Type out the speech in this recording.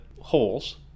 holes